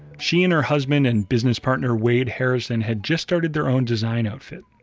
she and her husband and business partner, wade harrison had just started their own design outfit.